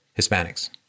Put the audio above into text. Hispanics